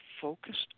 focused